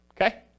okay